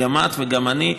גם את וגם אני,